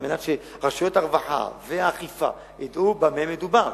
על מנת שרשויות הרווחה והאכיפה ידעו במה מדובר.